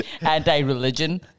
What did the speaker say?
Anti-religion